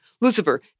Lucifer